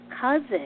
cousin